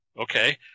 okay